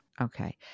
Okay